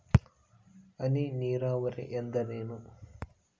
ಹನಿ ನೇರಾವರಿ ಎಂದರೇನು?